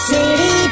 City